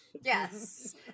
Yes